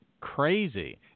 crazy